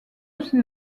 aussi